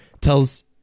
tells